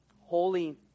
holy